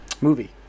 movie